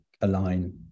align